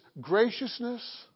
graciousness